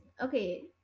okay